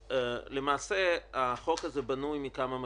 למעשה החוק הזה בנוי מכמה מרכיבים: